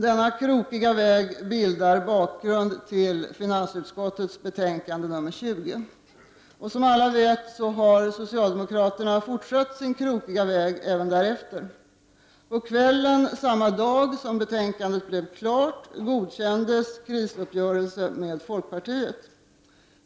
Denna krokiga väg bildar bakgrund till finansutskottets betänkande nr 20. Som alla vet har socialdemokraterna fortsatt sin krokiga väg även därefter. På kvällen samma dag som betänkandet blev klart godkändes krisuppgörelsen med folkpartiet.